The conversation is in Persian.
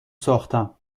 ساختم